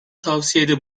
tavsiyede